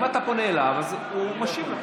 אם אתה פונה אליו, הוא משיב לך.